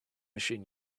machine